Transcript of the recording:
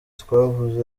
twavuze